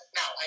now